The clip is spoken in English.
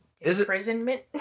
imprisonment